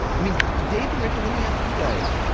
i mean, dave and rachel, let me ask you guys,